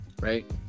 right